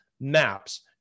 Maps